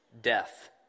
death